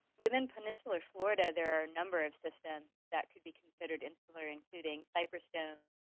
within peninsular florida, there are a number of systems that could be considered insular, including cypress domes.